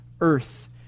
earth